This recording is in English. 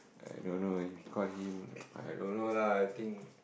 I don't know you call him I don't know lah I think